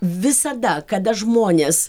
visada kada žmonės